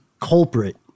culprit